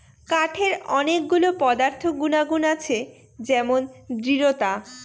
কাঠের অনেক গুলো পদার্থ গুনাগুন আছে যেমন দৃঢ়তা